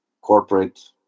corporate